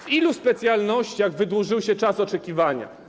W ilu specjalnościach wydłużył się czas oczekiwania?